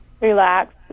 relax